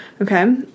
okay